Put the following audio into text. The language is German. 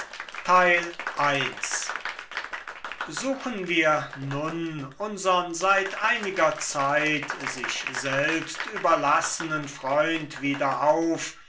suchen wir nun unsern seit einiger zeit sich selbst überlassenen freund wieder auf